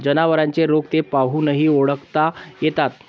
जनावरांचे रोग ते पाहूनही ओळखता येतात